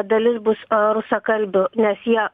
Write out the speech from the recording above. dalis bus rusakalbių nes jie